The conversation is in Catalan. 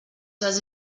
seves